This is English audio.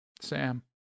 Sam